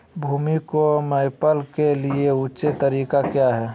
भूमि को मैपल के लिए ऊंचे तरीका काया है?